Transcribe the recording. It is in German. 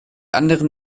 anderen